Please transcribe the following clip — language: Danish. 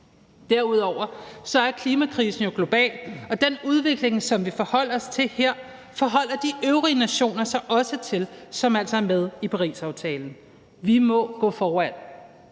Derudover er klimakrisen jo global, og den udvikling, som vi forholder os til her, forholder de øvrige nationer sig også til, altså dem, som er med i Parisaftalen. Vi må gå foran.